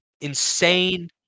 Insane